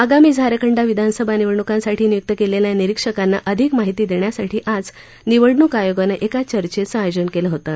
आगामी झारखंड विधानसभा निवडणूकांसाठी नियुक्त केलेल्या निरीक्षकांना अधिक माहिती देण्यासाठी आज निवडणूक आयोगानं एका चर्चेचं आयोजन केलं होतं